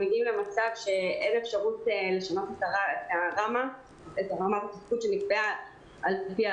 חשוב להדגיש שכרגע המתווה הנוכחי לגבי גני